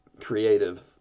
creative